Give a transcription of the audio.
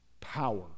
power